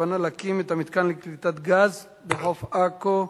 הכוונה להקים את המתקן לקליטת גז בחוף עכו,